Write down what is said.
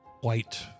white